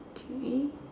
okay